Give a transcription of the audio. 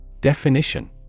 Definition